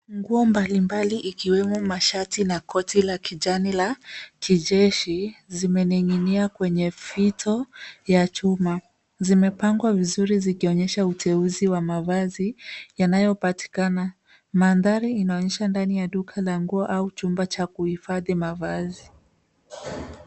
Nguo mbalimbali ikiwemo mashati na koti la kijani la kijeshi zimening'inia kwenye fito ya chuma. Zimepangwa vizuri zikionyesha uteuzi wa mavazi. Mandhari inaonyesha ndani ya duka la nguo au chumba cha kuhifadhi mavazi.